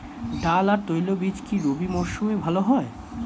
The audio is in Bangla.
ডাল আর তৈলবীজ কি রবি মরশুমে ভালো হয়?